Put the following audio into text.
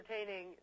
entertaining